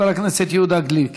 חבר הכנסת יהודה גליק.